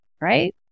right